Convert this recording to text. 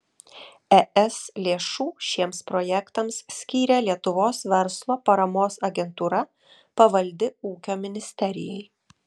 es lėšų šiems projektams skyrė lietuvos verslo paramos agentūra pavaldi ūkio ministerijai